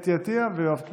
אתי עטייה ויואב קיש.